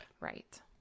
Right